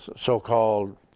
so-called